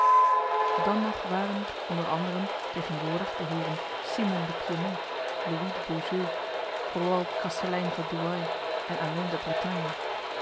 dan nog waren er onder anderen tegenwoordig de heren simon de piémont louis de beaujeu froald kastelein van douai en alin de